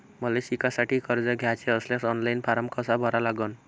मले शिकासाठी कर्ज घ्याचे असल्यास ऑनलाईन फारम कसा भरा लागन?